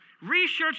Research